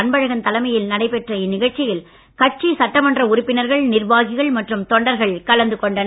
அன்பழகன் தலைமையில் நடைபெற்ற இந்நிகழ்ச்சியில் கட்சி சட்டமன்ற உறுப்பினர்கள் நிர்வாகிகள் மற்றும் தொண்டர்கள் கலந்து கொண்டனர்